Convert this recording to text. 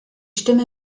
stimme